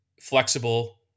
flexible